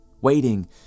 waiting